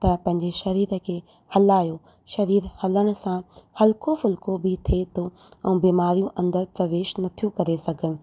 त पंहिंजे शरीर खे हलायो शरीर हलण सां हलिको फुलिको बि थिए थो ऐं बीमारियूं अंदरु प्रेवेश नथियूं करे सघनि